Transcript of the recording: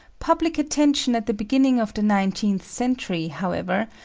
public attention at the beginning of the nineteenth century, however,